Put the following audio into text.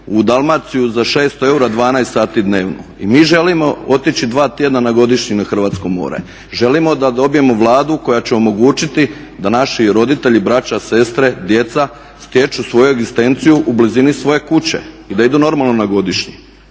u Dalmaciju za 600 eura 12 sati dnevno. I mi želimo otići 2 tjedna na godišnji na hrvatsko more. Želimo da dobijemo Vladu koja će omogućiti da naši roditelji, braća, sestre, djeca stječu svoju egzistenciju u blizini svoje kuće i da idu normalno na godišnji.